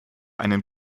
einen